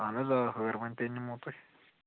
اہَن حظ آ ہٲروَن تہِ ہٕے نِمَو تُہۍ